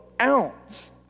ounce